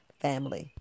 family